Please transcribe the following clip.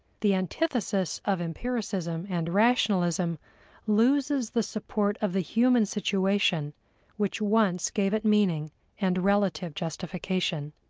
the antithesis of empiricism and rationalism loses the support of the human situation which once gave it meaning and relative justification.